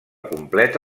complet